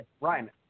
Ryan